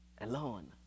alone